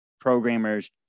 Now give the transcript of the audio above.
programmers